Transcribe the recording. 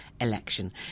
election